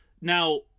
Now